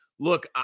Look